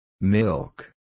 Milk